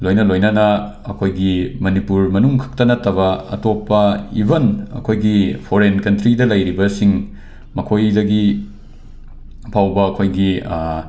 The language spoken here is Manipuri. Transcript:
ꯂꯣꯏꯅ ꯂꯣꯏꯅꯅ ꯑꯩꯈꯣꯏꯒꯤ ꯃꯅꯤꯄꯨꯔ ꯃꯅꯨꯡ ꯈꯛꯇ ꯅꯠꯇꯕ ꯑꯇꯣꯞꯄ ꯏꯕꯟ ꯑꯩꯈꯣꯏꯒꯤ ꯐꯣꯔꯦꯟ ꯀꯟꯇ꯭ꯔꯤꯗ ꯂꯩꯔꯤꯕꯁꯤꯡ ꯃꯈꯣꯏꯗꯒꯤ ꯐꯥꯎꯕ ꯑꯩꯈꯣꯏꯒꯤ